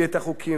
ואיך מביאים,